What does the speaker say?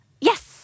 Yes